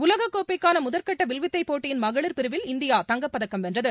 உலகக்கோப்பைக்கானமுதற்கட்டவில்வித்தைப் போட்டியின் மகளிர் பிரிவில் இந்தியா தங்கப் பதக்கம் வென்றது